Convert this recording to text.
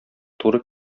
туры